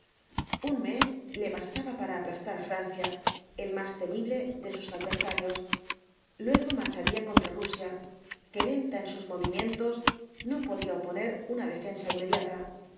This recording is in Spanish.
un mes le bastaba para aplastar á francia el más temible de sus adversarios luego marcharía contra rusia que lenta en sus movimientos no podía oponer una defensa inmediata